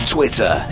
Twitter